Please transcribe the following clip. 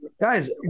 Guys